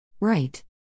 Right